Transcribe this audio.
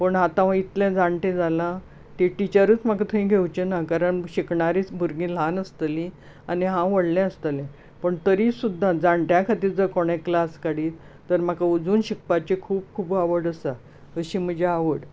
पूण आतां हांव इतलें जाण्टें जाला ती टिचरूच म्हाका थंय घेवची ना कारण शिकणारींच भुरगीं ल्हान आसतलीं आनी हांव व्हडलें आसतलें पण तरी सुद्दां जाण्ट्यां खातीर जर कोणेंय क्लास काडीत तर म्हाका अजून शिकपाची खूब खूब आवड आसा अशी म्हजी आवड